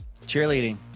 cheerleading